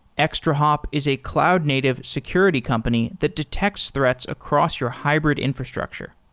extrahop is a cloud-native security company that detects threats across your hybrid infrastructure.